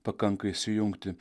pakanka įsijungti